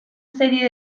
serie